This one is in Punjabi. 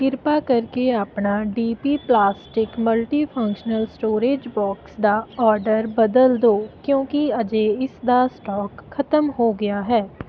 ਕਿਰਪਾ ਕਰਕੇ ਆਪਣਾ D P plastic multifunctional storage box ਦਾ ਓਰਡਰ ਬਦਲ ਦਿਉ ਕਿਉਂਕਿ ਅਜੇ ਇਸ ਦਾ ਸਟਾਕ ਖਤਮ ਹੋ ਗਿਆ ਹੈ